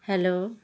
hello